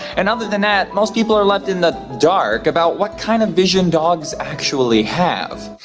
and other than that, most people are left in the dark about what kind of vision dogs actually have.